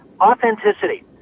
authenticity